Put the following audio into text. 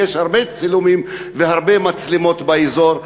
ויש הרבה צילומים והרבה מצלמות באזור.